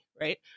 Right